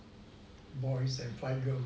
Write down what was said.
boys and five girls